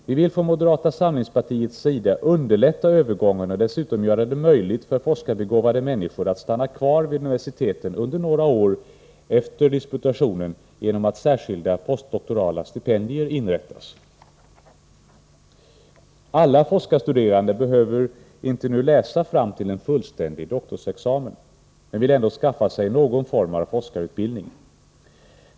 Vi vill från moderata samlingspartiets sida, för att underlätta övergången och dessutom göra det möjligt för mycket forskarbegåvade människor att stanna kvar vid universiteten under några år efter disputationen, att särskilda postdoktorala stipendier inrättas. Alla forskarstuderande behöver inte nu läsa fram till en doktorsgrad, men vill ändå skaffa sig någon form av forskarutbildning.